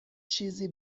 چیزی